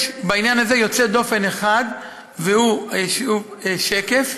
יש בעניין הזה יוצא דופן אחד והוא היישוב שקף.